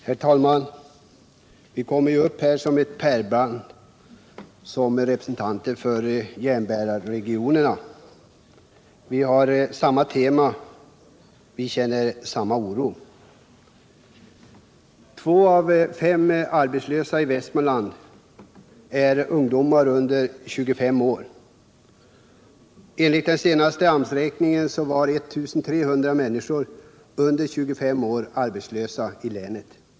Herr talman! Vi kommer ju upp här som ett pärlband som representanter för järnbärarregionerna. Vi har samma tema, vi känner samma oro. Två av fem arbetslösa i Västmanland är ungdomar under 25 år. Enligt den senaste AMS-räkningen var 1 300 människor under 25 år arbetslösa i länet.